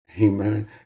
Amen